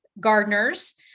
gardeners